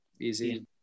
easy